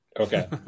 okay